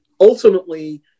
Ultimately